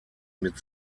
mit